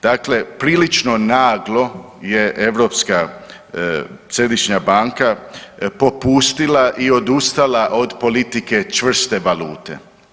Dakle, prilično naglo je Europska središnja banka popustila i odustala od politike čvrste valute.